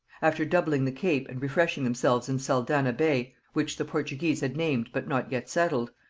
after doubling the cape and refreshing themselves in saldanha bay, which the portuguese had named but not yet settled,